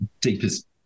deepest